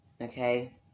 Okay